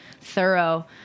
thorough